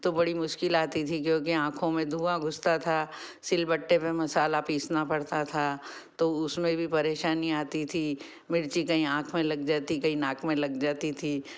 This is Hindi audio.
तो बड़ी मुश्किल आती थी क्योंकि आँखों में धुआँ घुसता था सिलबट्टे पर मसाला पीसना पड़ता था तो उसमें भी परेशानी आती थी मिर्ची कहीं आँख में लग जाती कहीं नाक में लग जाती थी